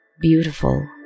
beautiful